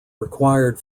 required